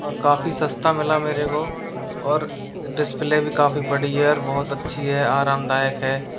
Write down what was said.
और काफ़ी सस्ता मिला मेरे को और डिस्प्ले भी काफ़ी बड़ी है और बहुत अच्छी है आरामदायक है